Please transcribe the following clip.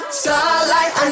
Starlight